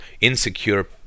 insecure